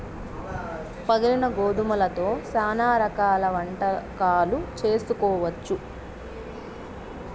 పగిలిన గోధుమలతో శ్యానా రకాల వంటకాలు చేసుకోవచ్చు